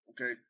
Okay